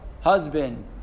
husband